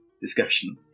discussion